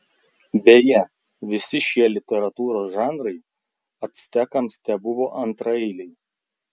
beje visi šie literatūros žanrai actekams tebuvo antraeiliai